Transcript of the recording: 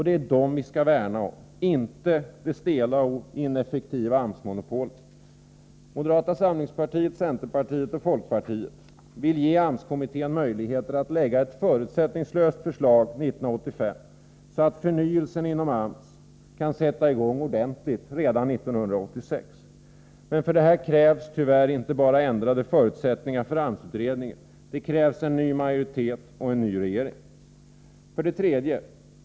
Det är dem vi skall värna om, inte det stela och ineffektiva AMS-monopolet. Moderata samlingspartiet, centerpartiet och folkpartiet vill ge AMS kommittén möjligheter att lägga fram ett förutsättningslöst förslag 1985, så att förnyelsen inom AMS kan sätta i gång ordentligt redan 1986. Men för detta krävs tyvärr inte bara ändrade förutsättningar för AMS-utredningen — det krävs en ny majoritet och en ny regering. 3.